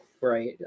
right